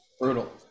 Brutal